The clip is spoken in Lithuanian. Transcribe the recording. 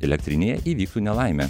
elektrinėje įvyktų nelaimė